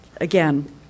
again